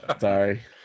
Sorry